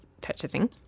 purchasing